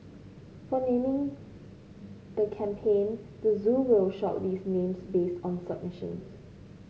for naming the campaign the zoo will shortlist names based on submissions